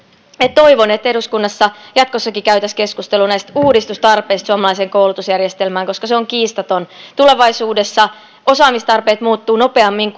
toivon että eduskunnassa jatkossakin käytäisiin keskustelua näistä uudistustarpeista suomalaiseen koulutusjärjestelmään koska tarve on kiistaton tulevaisuudessa osaamistarpeet muuttuvat nopeammin